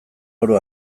oro